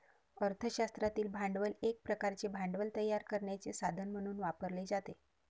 अर्थ शास्त्रातील भांडवल एक प्रकारचे भांडवल तयार करण्याचे साधन म्हणून वापरले जाते